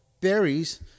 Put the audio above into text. berries